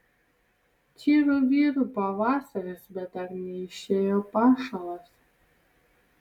čyru vyru pavasaris bet dar neišėjo pašalas